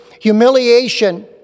humiliation